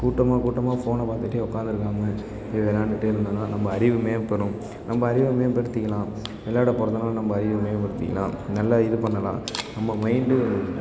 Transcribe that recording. கூட்டம் கூட்டமாக ஃபோனை பார்த்துக்கிட்டே உக்காந்துருக்காம போய் விளையாண்டுட்டே இருந்தோன்னால் நம்ப அறிவு மேம்படும் நம்ப அறிவை மேம்படுத்திக்கலாம் விள்ளாடப் போவதனால நம்ப அறிவை மேம்படுத்திக்கலாம் நல்லா இது பண்ணலாம் நம்ப மைண்டு